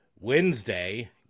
Wednesday